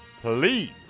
Please